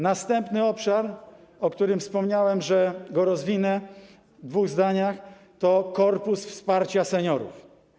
Następny obszar, wątek, o którym wspomniałem, że go rozwinę w dwóch zdaniach - Korpus Wsparcia Seniorów.